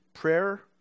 Prayer